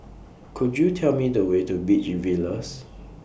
Could YOU Tell Me The Way to Beach Villas